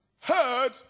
heard